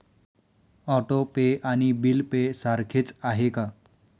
Auto pay आणि bill pay सारखेच आहे का?